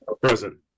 Present